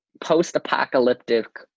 post-apocalyptic